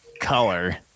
color